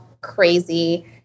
crazy